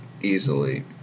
easily